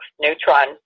neutron